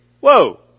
whoa